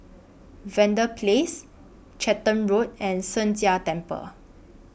Verde Place Charlton Road and Sheng Jia Temple